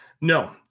No